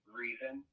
reason